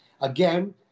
Again